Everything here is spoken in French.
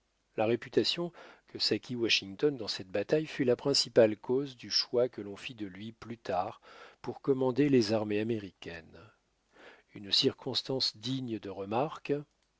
la réputation que s'acquit washington dans cette bataille fut la principale cause du choix que l'on fit de lui plus tard pour commander les armées américaines une circonstance digne de remarque